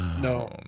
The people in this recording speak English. no